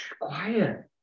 Quiet